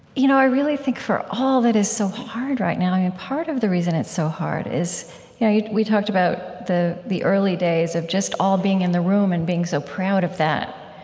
you know i really think, for all that is so hard right now, yeah part of the reason it's so hard is yeah yeah we talked about the the early days of just all being in the room, and being so proud of that,